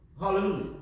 Hallelujah